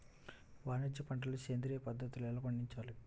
వాణిజ్య పంటలు సేంద్రియ పద్ధతిలో ఎలా పండించాలి?